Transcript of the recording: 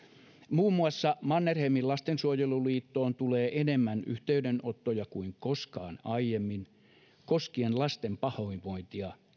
muun muassa mannerheimin lastensuojeluliittoon tulee enemmän yhteydenottoja kuin koskaan aiemmin koskien lasten pahoinvointia